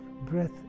breath